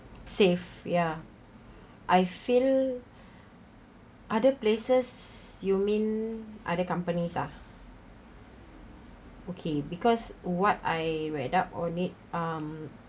safe ya I feel other places you mean other companies ah okay because what I read up on it um